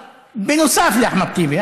בנוסף לאחמד טיבי.